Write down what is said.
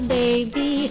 baby